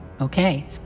Okay